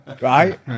right